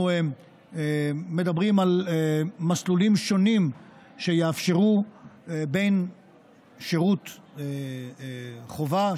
אנחנו מדברים על מסלולים שונים שיאפשרו בין שירות חובה,